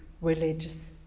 religious